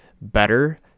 better